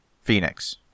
Phoenix